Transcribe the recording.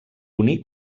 unir